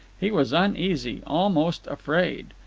he was uneasy, almost afraid.